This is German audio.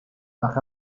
nach